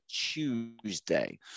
Tuesday